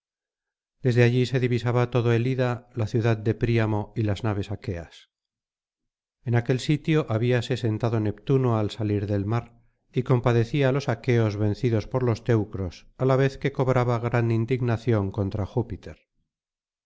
desde allí se divisaba todo el ida la ciudad de príamo y las naves aqueas en aquel sitio habíase sentado neptuno al salir del mar y compadecía á los aqueos vencidos por los teucros á la vez que cobraba gran indignación contra jií